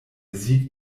sieg